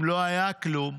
אם לא היה כלום,